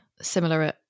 similar